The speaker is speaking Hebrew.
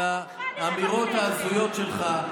אבל את האמירות ההזויות שלך,